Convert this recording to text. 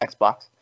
Xbox